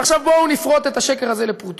ועכשיו, בואו נפרוט את השקר הזה לפרוטות.